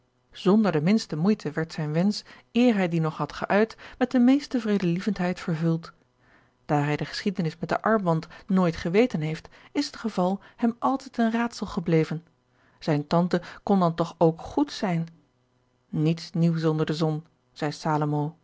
zonder de minste moeite werd zijne wensch hij dien nog had geuit met de meeste vredelievendheid vervuld daar hij de geschiedenis met den armband nooit geweten heeft is het geval hem altijd een raadsel gebleven zijne tante kon dan toch ook goed zijn niets nieuws onder de zon zeî